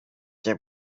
der